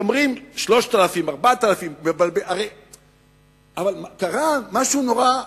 אז אומרים: 3,000, 4,000, אבל קרה משהו נורא.